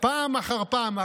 פעם אחר פעם,